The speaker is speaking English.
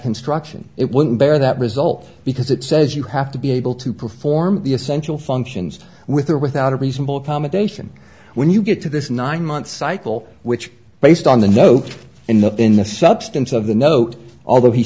construction it would bear that result because it says you have to be able to perform the essential functions with or without a reasonable accommodation when you get to this nine month cycle which based on the note in the in the substance of the note although he